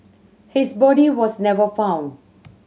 his body was never found